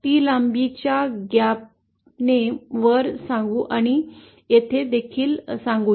T लांबीच्या gap नेावर सांगू आणि येथे देखील सांगू या